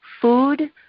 food